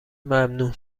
ممنوع